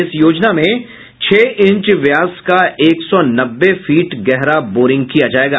इस योजना में छह इंच व्यास का एक सौ नब्बे फीट गहरा बोरिंग किया जायेगा